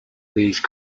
these